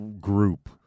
group